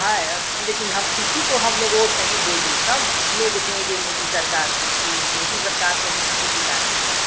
है लेकिन हम किसी को हम लोग ओट नहीं देगे सब लोग देंगे मोदी सरकार को ओट मोदी सरकार तो हम लोग को जिलाती हैं